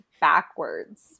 backwards